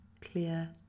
clear